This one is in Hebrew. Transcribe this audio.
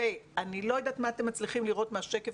אני לא יודעת אם אתם מצליחים לראות את השקף